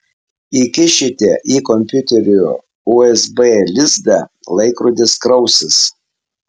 įkišite į kompiuterio usb lizdą laikrodis krausis